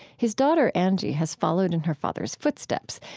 his daughter, angie, has followed in her father's footsteps,